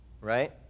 right